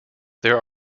there